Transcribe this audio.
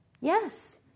Yes